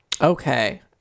Okay